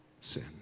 sin